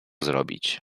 zrobić